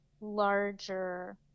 larger